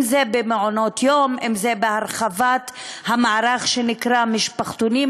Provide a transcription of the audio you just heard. אם במעונות-יום ואם בהרחבת המערך שנקרא משפחתונים,